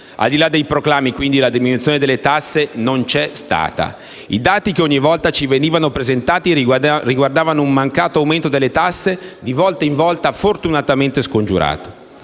Al di là dei proclami, quindi, la diminuzione delle tasse non c'è stata. I dati che ogni volta ci venivano presentati riguardavano un mancato aumento delle tasse, di volta in volta fortunatamente scongiurato.